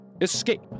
Escape